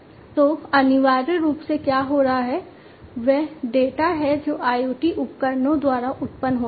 तो अनिवार्य रूप से क्या हो रहा है वह डेटा है जो IoT उपकरणों द्वारा उत्पन्न होता है